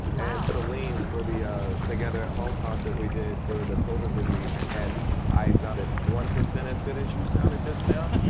and celine for the together at home concert we did for the covid relief, and i sounded one percent as good as you sounded just now.